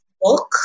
book